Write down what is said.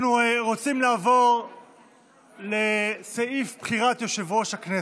אנחנו רוצים לעבור לסעיף בחירת יושב-ראש הכנסת.